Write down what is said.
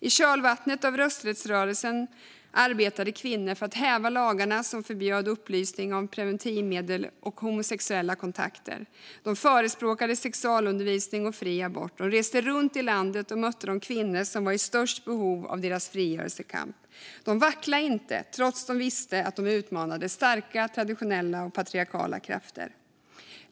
I kölvattnet av rösträttsrörelsen arbetade kvinnor för att häva de lagar som förbjöd upplysning om preventivmedel och homosexuella kontakter. De förespråkade sexualundervisning och fri abort. De reste runt i landet och mötte de kvinnor som var i störst behov av deras frigörelsekamp. De vacklade inte trots att de visste att de utmanade starka, traditionella och patriarkala krafter.